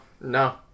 No